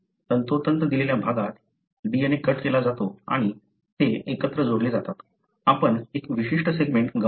तंतोतंत दिलेल्या भागात DNA कट केला जातो आणि ते एकत्र जोडले जातात आपण एक विशिष्ट सेगमेंट गमावला आहे